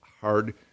hard